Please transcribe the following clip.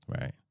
Right